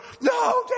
no